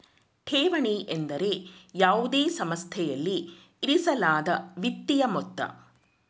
ಠೇವಣಿ ಎಂದರೆ ಯಾವುದೇ ಸಂಸ್ಥೆಯಲ್ಲಿ ಇರಿಸಲಾದ ವಿತ್ತೀಯ ಮೊತ್ತ